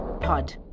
pod